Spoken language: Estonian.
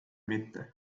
mitte